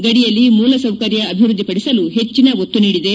ಗಡಿಯಲ್ಲಿ ಮೂಲ ಸೌಕರ್ಯ ಅಭಿವ್ಯದ್ಲಿಪಡಿಸಲ ಹೆಚ್ಚಿನ ಒತ್ತು ನೀಡಿದೆ